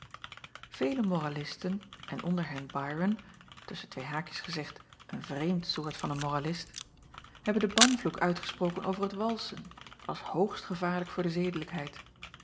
ele moralisten en onder hen yron tusschen twee haakjes gezegd een vreemd soort van een moralist hebben den banvloek uitgesproken over het walsen als hoogst gevaarlijk voor de zedelijkheid